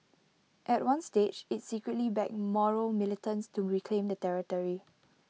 at one stage IT secretly backed Moro militants to reclaim the territory